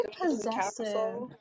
possessive